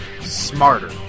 Smarter